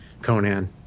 conan